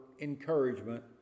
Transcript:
encouragement